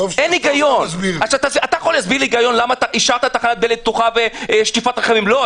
תוכל להסביר מה ההיגיון - למה השארת תחנת דלק פתוחה ושטיפת רכבים לא?